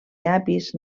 llapis